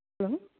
hello